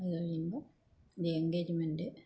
അത് കഴിയുമ്പോൾ പിന്നെ എൻഗേജ്മെൻ്റ്